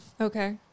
Okay